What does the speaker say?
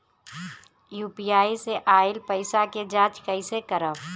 UPI से आइल पईसा के जाँच कइसे करब?